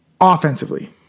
offensively